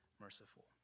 merciful